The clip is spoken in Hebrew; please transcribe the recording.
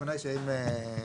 בוודאי שאם,